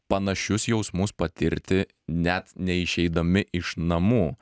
panašius jausmus patirti net neišeidami iš namų